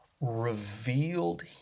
revealed